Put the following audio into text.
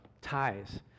ties